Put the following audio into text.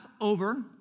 over